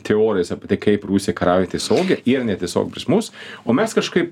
teorijas apie tai kaip rusija kariauja tiesiogiai ir netiesiogiai prieš mus o mes kažkaip